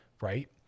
right